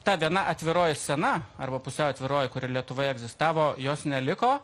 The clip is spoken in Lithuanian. ta viena atviroji scena arba pusiau atviroji kuri lietuvoje egzistavo jos neliko